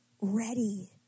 ready